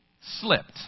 slipped